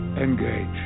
Engage